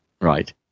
Right